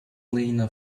lena